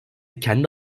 kendi